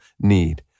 need